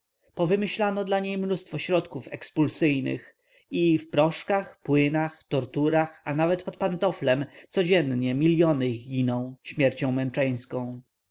wesołym powymyślano dla niej mnóstwo środki ekspulsyjnych i w proszkach płynach torturach a nawet pod pantoflem codziennie miliony ich giną śmiercią męczeńską